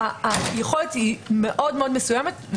היכולת מאוד מסוימת.